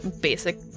basic